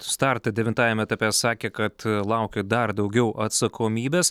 startą devintajame etape sakė kad laukia dar daugiau atsakomybės